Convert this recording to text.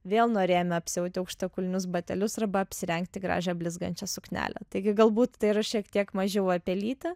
vėl norėjome apsiauti aukštakulnius batelius arba apsirengti gražią blizgančią suknelę taigi galbūt tai yra šiek tiek mažiau apie lytį